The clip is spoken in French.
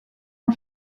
ont